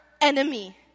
enemy